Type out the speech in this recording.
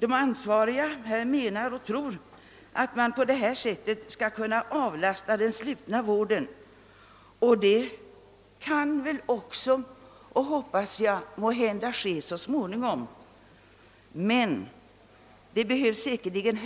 De ansvariga menar att den slutna vården på detta sätt skall kunna avlastas, och jag hoppas att en sådan avlastning sker så småningom, men det behövs säkerligen